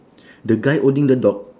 the guy holding a dog